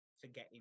forgetting